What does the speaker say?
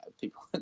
people